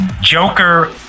Joker